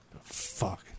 Fuck